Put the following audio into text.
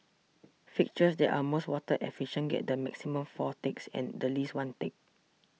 fixtures that are most water efficient get the maximum four ticks and the least one tick